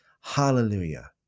Hallelujah